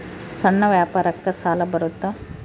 ಸಣ್ಣ ವ್ಯಾಪಾರಕ್ಕ ಸಾಲ ಬರುತ್ತಾ?